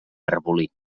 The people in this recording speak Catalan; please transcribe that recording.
arbolí